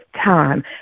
time